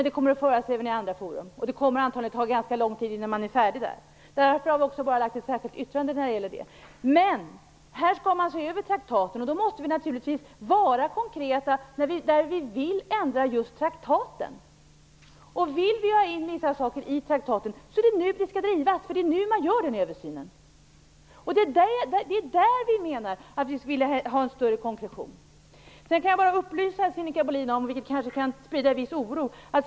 Det kommer antagligen också att ta ganska lång tid innan man är färdig. Därför har vi bara ett särskilt yttrande när det gäller det. Men på regeringskonferensen skall man se över traktaten, och då måste vi naturligtvis vara konkreta när vi vill ändra just dessa. Vill vi ha in vissa saker i traktaten är det nu det skall drivas. Det är nu man gör den översynen, och det är där vi vill ha större konkretion. Sedan vill jag upplysa Sinikka Bohlin om något som kanske kan sprida en viss oro.